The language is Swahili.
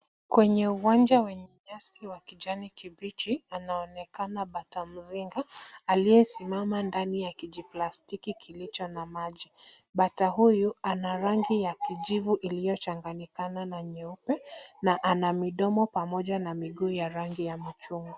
Kwenye uwanja wenye nyasi wa kijani kibichi anaonekana batamzinga aliyesimama ndani ya kijiplastiki kilicho na maji. Bata huyu ana rangi ya kijivu iliyochanganyikana na nyeupe na ana midomo pamoja na miguu ya rangi ya machungwa.